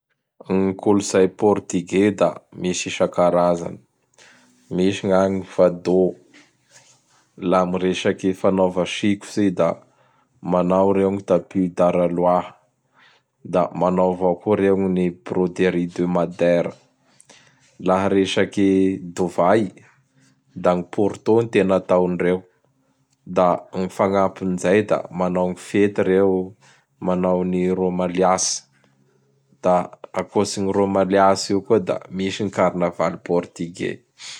Gn kolotsay Portugais da misy isan-karazany. Misy gn'agny n fadô. La am resaky fanaova sikotsy da manao reo gn Tapy Daraloa. Da manao avao koa reo gny Broderie de Madère. Laha resaky dovay da gn Pôrtô gn tena ataondreo. Da gn Fagnampin zay da manao fety reo manao gny rômaliasy. Da akoatsin rômaliasy io koa da misy ny carnaval Portugais.